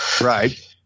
right